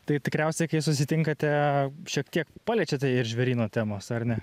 tai tikriausiai kai susitinkate šiek tiek paliečiate ir žvėryno temos ar ne